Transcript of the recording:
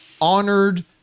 honored